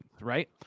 right